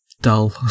dull